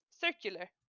Circular